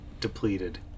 depleted